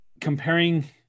comparing